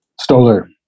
Stoller